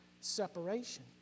separation